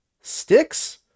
Sticks